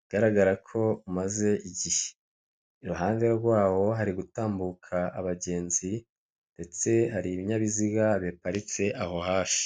bigaragara ko umaze igihe, iruhande rwawo hari gutambuka abagenzi ndetse hari ibinyabiziga biparitse aho hafi.